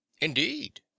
indeed